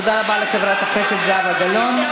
תודה רבה לחברת הכנסת זהבה גלאון.